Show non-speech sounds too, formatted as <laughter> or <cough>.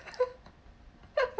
<laughs>